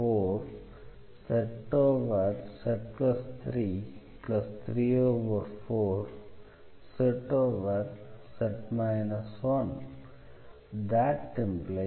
zz 34